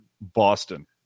Boston